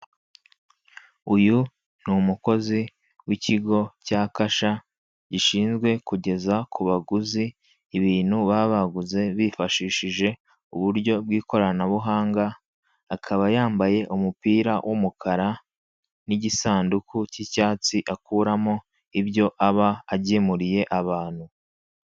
Uyu ni umukozi w'ikigo cya Kasha gishinzwe kugeza ku baguzi ibintu baba baguze bifashishije uburyo bw'ikoranabuhanga, akaba yambaye umupira w'umukara n'igisanduku cy'icyatsi, akuramo ibyo aba agemuriye abantu.